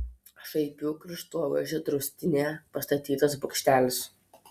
šaipių kraštovaizdžio draustinyje pastatytas bokštelis